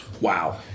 Wow